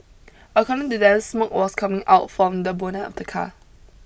according to them smoke was coming out from the bonnet of the car